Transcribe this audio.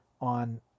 on